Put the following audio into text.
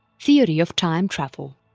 theory of time travel